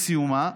בסיומה,